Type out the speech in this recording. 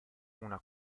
una